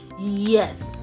Yes